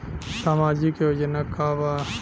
सामाजिक योजना का बा?